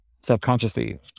subconsciously